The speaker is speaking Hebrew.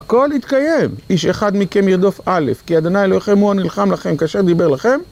הכל התקיים, איש אחד מכם ירדוף א', כי ה' אלוהיכם הוא הנלחם לכם כאשר דיבר לכם.